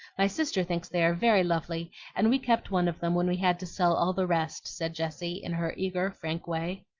my sister thinks they are very lovely and we kept one of them when we had to sell all the rest, said jessie, in her eager, frank way.